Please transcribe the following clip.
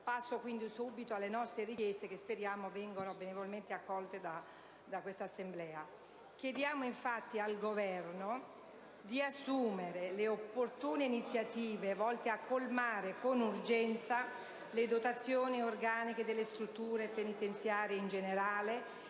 passo subito alle nostre richieste, che speriamo vengano benevolmente accolte da quest'Assemblea. Chiediamo al Governo di assumere le opportune iniziative volte a colmare con urgenza le dotazioni organiche delle strutture penitenziarie in generale